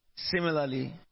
Similarly